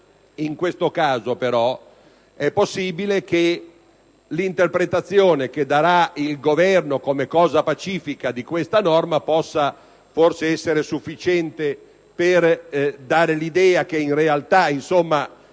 In questo caso però è possibile che l'interpretazione che darà il Governo come pacifica di questa norma possa essere sufficiente per dare l'idea che in realtà